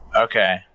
Okay